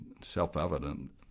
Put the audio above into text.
self-evident